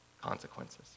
consequences